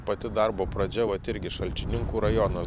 pati darbo pradžia vat irgi šalčininkų rajonas